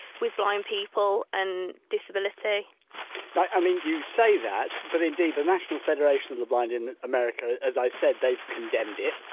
with blind people and disability i mean you say that but indeed the national federation of the blind in america, as i said, they've condemned it,